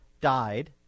died